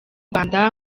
rwanda